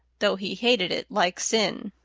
though he hated it like sin.